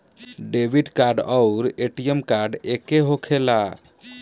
Debit card आउर ATM card एके होखेला?